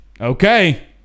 Okay